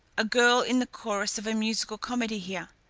a girl in the chorus of a musical comedy here,